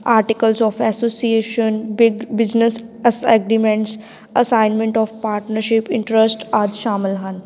articles of association ਬਿ business as agreement assignment of partnership interest ਆਦਿ ਸ਼ਾਮਿਲ ਹਨ